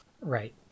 Right